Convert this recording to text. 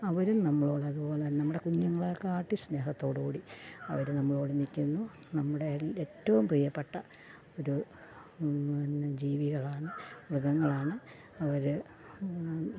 അവരും നമ്മളോടതു പോലെ തന്നെ നമ്മുടെ കുഞ്ഞുങ്ങളെക്കാട്ടിലും സ്നേഹത്തോടു കൂടി അവർ നമ്മളുടെ നിൽക്കുന്നു നമ്മുടെ എല് ഏറ്റവും പ്രിയപ്പെട്ട ഒരു ജീവികളാണ് മൃഗങ്ങളാണ് അവർ